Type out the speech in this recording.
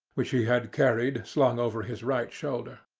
which he had carried slung over his right shoulder.